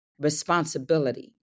responsibility